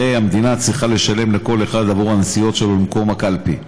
הרי המדינה צריכה לשלם לכל אחד עבור הנסיעות שלו למקום הקלפי.